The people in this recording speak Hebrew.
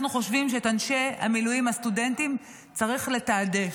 אנחנו חושבים שאת אנשי המילואים הסטודנטים צריך לתעדף.